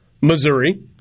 Missouri